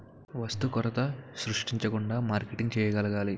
వస్తు కొరత సృష్టించకుండా మార్కెటింగ్ చేయగలగాలి